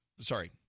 Sorry